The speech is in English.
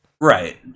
right